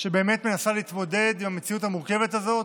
ובאמת מנסה להתמודד עם המציאות המורכבת הזאת,